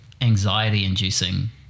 anxiety-inducing